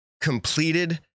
completed